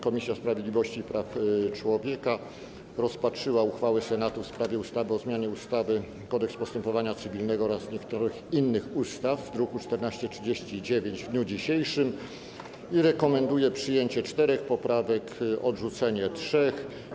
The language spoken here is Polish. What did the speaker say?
Komisja Sprawiedliwości i Praw Człowieka rozpatrzyła uchwałę Senatu w sprawie ustawy o zmianie ustawy - Kodeks postępowania cywilnego oraz niektórych innych ustaw, druk nr 1439, w dniu dzisiejszym i rekomenduje przyjęcie czterech poprawek, odrzucenie trzech.